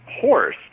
horse